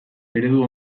eredu